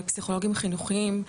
פסיכולוגים חינוכיים.